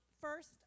First